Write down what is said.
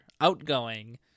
outgoing